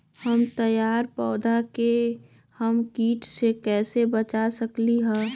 हमर तैयार पौधा के हम किट से कैसे बचा सकलि ह?